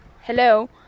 Hello